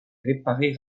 réparé